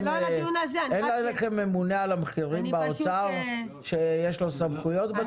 אין לכם ממונה על המחירים באוצר שיש לו סמכויות בנושא?